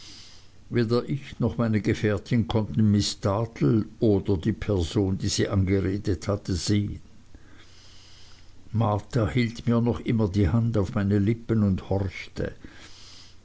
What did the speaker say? weder ich noch meine gefährtin konnten miß dartle oder die person die sie angeredet hatte sehen marta hielt mir immer noch die hand auf meine lippen und horchte